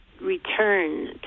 return